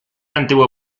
antiguo